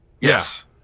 Yes